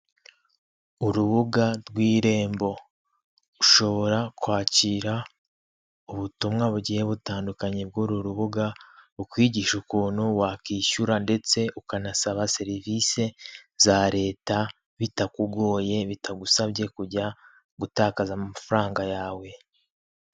Urubuga rw'irembo, ushobora kwakira ubutumwa bugiye butandukanye bw'uru rubuga rukwigisha ukuntu wakwishyura ndetse ukanasaba serivisi za leta, bitakugoye, bitagusabye kujya gutakaza amafaranga yawe.